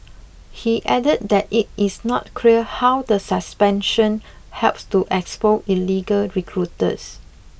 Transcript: he added that it is not clear how the suspension helps to expose illegal recruiters